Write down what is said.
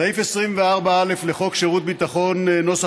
סעיף 24א לחוק שירות ביטחון ,